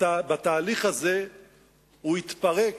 בתהליך הזה הוא התפרק